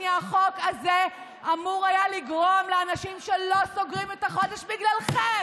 החוק הזה אמור היה לגרום לאנשים שלא סוגרים את החודש בגללכם,